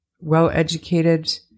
well-educated